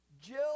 Jill